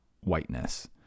whiteness